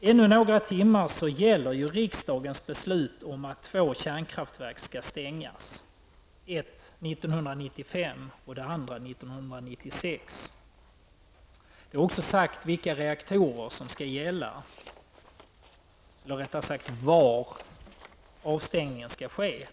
Ännu några timmar gäller riksdagens beslut att två kärnkraftverk skall stängas, ett 1995 och det andra Ringhals.